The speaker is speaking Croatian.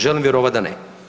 Želim vjerovati da ne.